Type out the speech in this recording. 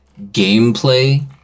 gameplay